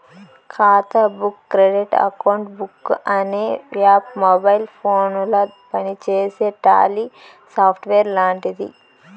ఖాతా book credit account book అనే app mobile ఫోనుల పనిచేసే టాలీ సాఫ్ట్వేర్ లాంటిది